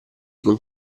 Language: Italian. con